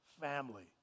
family